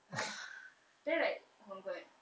ah then I'm like oh my god